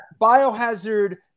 biohazard